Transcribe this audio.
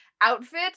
outfit